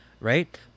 right